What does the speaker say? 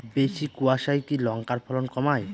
বেশি কোয়াশায় কি লঙ্কার ফলন কমায়?